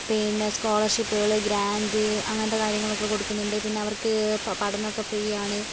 പിന്നെ സ്കോളർഷിപ്പുകൾ ഗ്രാൻഡ് അങ്ങനത്തെ കാര്യങ്ങൾ ഒക്കെ കൊടുക്കുന്നുണ്ട് പിന്നെ അവർക്ക് പഠനം ഒക്കെ ഫ്രീ ആണ്